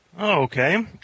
Okay